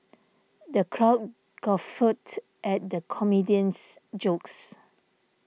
the crowd guffawed at the comedian's jokes